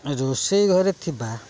ରୋଷେଇ ଘରେ ଥିବା